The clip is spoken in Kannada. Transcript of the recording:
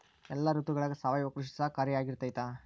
ಎಲ್ಲ ಋತುಗಳಗ ಸಾವಯವ ಕೃಷಿ ಸಹಕಾರಿಯಾಗಿರ್ತೈತಾ?